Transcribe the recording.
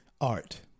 art